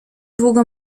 długo